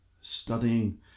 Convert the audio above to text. studying